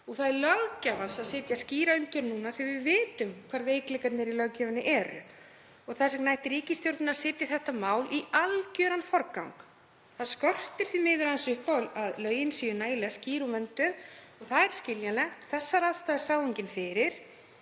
Það er löggjafans að setja skýra umgjörð núna því að við vitum hvar veikleikarnir í löggjöfinni eru. Þess vegna ætti ríkisstjórnin að setja þetta mál í algeran forgang. Það skortir því miður aðeins upp á að lögin séu nægilega skýr og vönduð og það er skiljanlegt. Þessar aðstæður sá enginn fyrir.